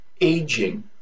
aging